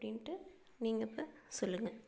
அப்படின்ட்டு நீங்கள் இப்போ சொல்லுங்க